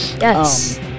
Yes